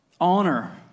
honor